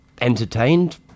entertained